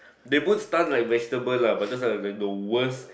they put stun like vegetable lah but just wanna say the worst